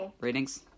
ratings